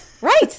Right